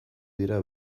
dira